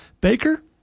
Baker